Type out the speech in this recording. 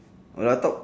or la talk